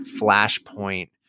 flashpoint